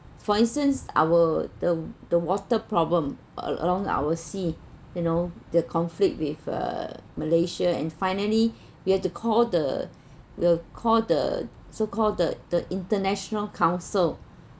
for instance our the the water problem a~ along our sea you know the conflict with uh malaysia and finally we have to call the we will call the so called the the international council